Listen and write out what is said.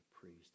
priest